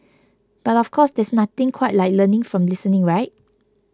but of course there's nothing quite like learning from listening right